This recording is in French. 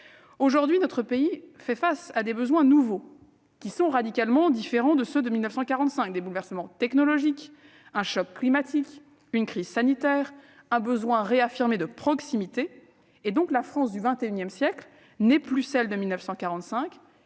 Aujourd'hui, notre pays fait face à des besoins nouveaux, ... Bien sûr !... radicalement différents de ceux de 1945 : bouleversements technologiques, choc climatique, crises sanitaires, besoin réaffirmé de proximité, etc. La France du XXI siècle, n'est plus celle de 1945,